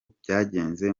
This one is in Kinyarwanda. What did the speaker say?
byagenze